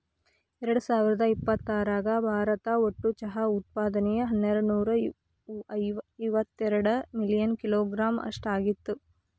ಎರ್ಡಸಾವಿರದ ಇಪ್ಪತರಾಗ ಭಾರತ ಒಟ್ಟು ಚಹಾ ಉತ್ಪಾದನೆಯು ಹನ್ನೆರಡನೂರ ಇವತ್ತೆರಡ ಮಿಲಿಯನ್ ಕಿಲೋಗ್ರಾಂ ಅಷ್ಟ ಆಗಿತ್ತು